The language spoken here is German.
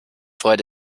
freut